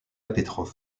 petrov